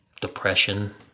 depression